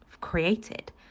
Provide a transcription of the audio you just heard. created